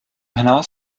hinaus